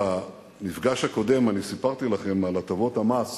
במפגש הקודם סיפרתי לכם על הטבות המס